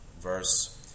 verse